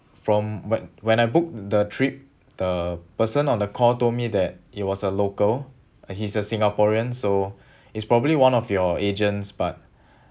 from but when I booked the trip the person on the call told me that it was a local he's a singaporean so it's probably one of your agents but